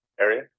area